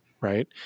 right